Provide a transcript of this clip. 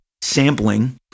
sampling